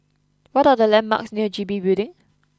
what are the landmarks near G B Building